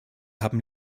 haben